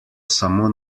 samo